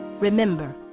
Remember